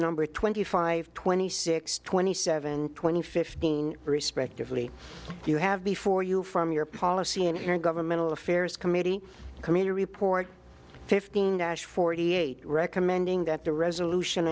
number twenty five twenty six twenty seven twenty fifteen respectively you have before you from your policy and your governmental affairs committee committee report fifteen dash forty eight recommending that the resolution